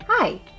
Hi